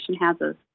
houses